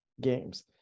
games